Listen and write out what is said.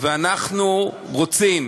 אנחנו רוצים